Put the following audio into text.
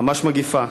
ממש מגפה.